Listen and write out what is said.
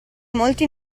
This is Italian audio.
molti